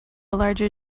larger